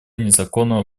незаконного